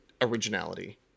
originality